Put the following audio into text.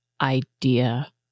idea